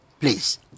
please